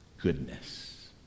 goodness